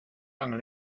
angel